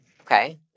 Okay